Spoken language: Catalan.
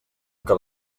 que